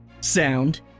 sound